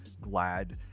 glad